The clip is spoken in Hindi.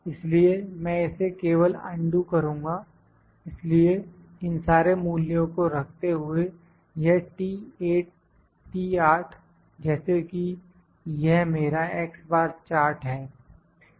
इसलिए मैं इसे केवल अनडू करूँगा इसलिए इन सारे मूल्यों को रखते हुए यह T8 जैसे कि यह मेरा X बार चार्ट है